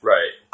Right